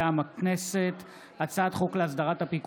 ותעבור להמשך